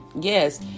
yes